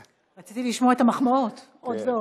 רציתי לשמוע את המחמאות עוד ועוד.